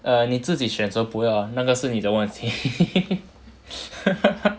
err 你自己选择不要那个是你的问题